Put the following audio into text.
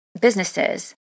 businesses